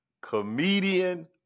comedian